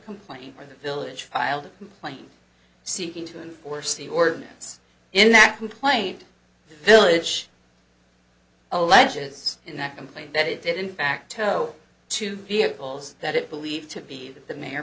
complaint with the village filed a complaint seeking to enforce the ordinance in that complaint village alleges in that complaint that he did in fact tell two vehicles that it believed to be that the mayor